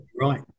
Right